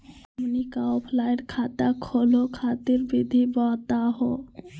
हमनी क ऑफलाइन खाता खोलहु खातिर विधि बताहु हो?